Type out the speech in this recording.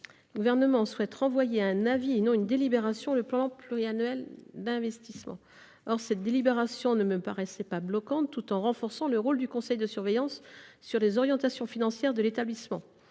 Le Gouvernement souhaite renvoyer à un avis, et non à une délibération, le plan pluriannuel d’investissement. Or cette délibération ne me paraissait pas bloquante et renforçait par ailleurs le rôle du conseil de surveillance sur les orientations financières de l’établissement.